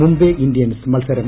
Mumbai Indians മത്സരം